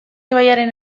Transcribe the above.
ibaiaren